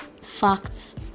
facts